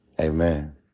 Amen